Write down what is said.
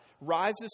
Rises